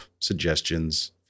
suggestions